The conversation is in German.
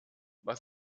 was